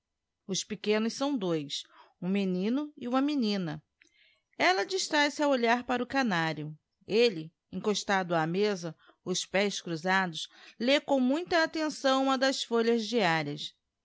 os pequenos são dois um menino e uma menina ella distrahe se a olhar para o canário eue encostado á mesa pés cruzados lê com muita attenção uma das folhas diárias